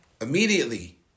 Immediately